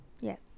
Yes